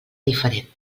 diferent